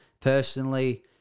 personally